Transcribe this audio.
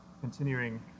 continuing